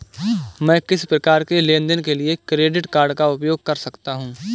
मैं किस प्रकार के लेनदेन के लिए क्रेडिट कार्ड का उपयोग कर सकता हूं?